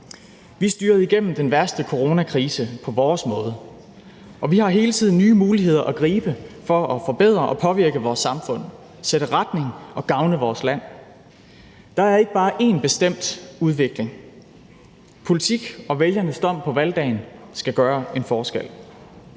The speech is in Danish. Vi styrede igennem den værste coronakrise på vores måde, og vi har hele tiden nye muligheder at gribe for at forbedre og påvirke vores samfund, sætte retning og gavne vores land. Der er ikke bare én bestemt udvikling. Politik og vælgernes dom på valgdagen skal gøre en forskel.